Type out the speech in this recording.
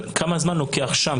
כמה זמן לוקח שם?